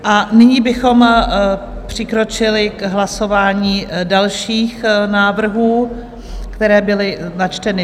A nyní bychom přikročili k hlasování dalších návrhů, které byly zde načteny.